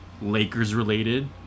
Lakers-related